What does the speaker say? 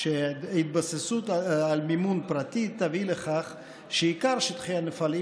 שההתבססות על מימון פרטי תביא לכך שעיקר שטחי הנפלים